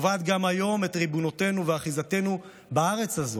הקובעת גם היום את ריבונותנו ואחיזתנו בארץ הזו,